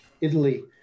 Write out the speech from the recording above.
Italy